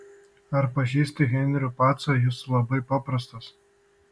ar pažįsti henrių pacą jis labai paprastas